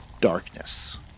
darkness